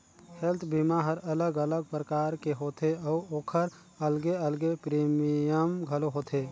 health बीमा हर अलग अलग परकार के होथे अउ ओखर अलगे अलगे प्रीमियम घलो होथे